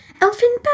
Elfin